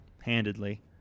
Handedly